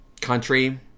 country